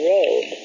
Road